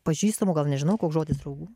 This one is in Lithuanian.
pažįstamų gal nežinau koks žodis draugų